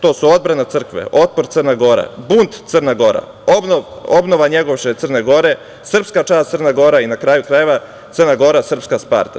To su Odbrana crkve, Otpor Crna Gora, Bunt Crna Gora, Obnova Njegoševe Crne Gore, Srpska čast Crne Gore i, na kraju krajeva, Crna Gora - srpska Sparta.